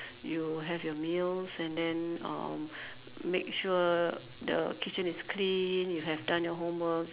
you have your meals and then uh make sure the kitchen is clean you have done your homework